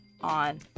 on